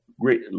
great